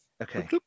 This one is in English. Okay